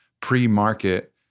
pre-market